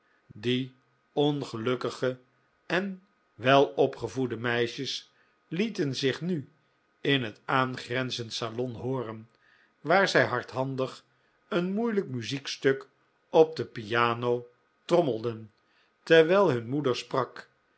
die ongelukkige en welopgevoede meisjes lieten zich nu n het aangrenzend salon hooren waar zij hardhandig een moeilijk muziekstuk op de piano trommelden terwijl hun moeder sprak